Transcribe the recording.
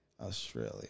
Australia